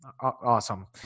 Awesome